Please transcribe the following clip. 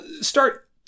start